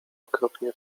okropnie